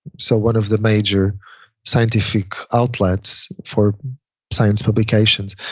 so one of the major scientific outlets for science publications.